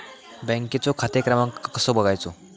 बँकेचो खाते क्रमांक कसो बगायचो?